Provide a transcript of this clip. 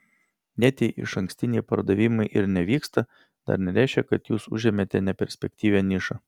net jei išankstiniai pardavimai ir nevyksta dar nereiškia kad jūs užėmėte neperspektyvią nišą